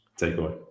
takeaway